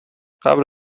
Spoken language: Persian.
قبل